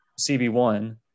CB1